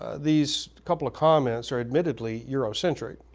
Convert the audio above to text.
these couple of comments are admittedly eurocentric,